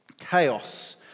chaos